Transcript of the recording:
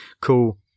cool